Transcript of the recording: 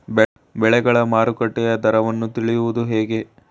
ಬೆಳೆಗಳ ಮಾರುಕಟ್ಟೆಯ ದರವನ್ನು ತಿಳಿಯುವುದು ಹೇಗೆ?